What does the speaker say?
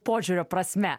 požiūrio prasme